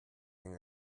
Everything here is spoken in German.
den